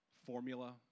formula